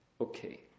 Okay